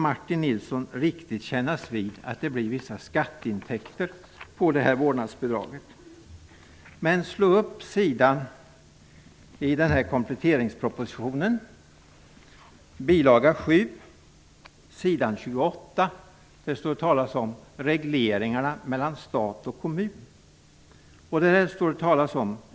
Martin Nilsson ville inte riktigt kännas vid att vårdnadsbidraget för med sig vissa skatteintäkter. Slå upp bil. 7 s. 28 i kompletteringspropositionen! Där talas det om regleringarna mellan stat och kommun.